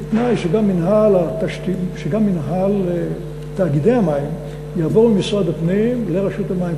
בתנאי שגם מינהל תאגידי המים יעבור ממשרד הפנים לרשות המים,